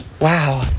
wow